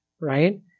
right